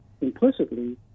implicitly